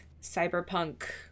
cyberpunk